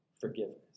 forgiveness